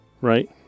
right